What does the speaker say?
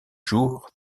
jours